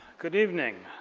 good evening.